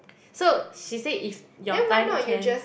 so she said if your time can